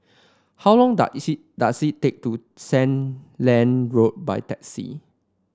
how long does does it take to Sandiland Road by taxi